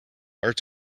arts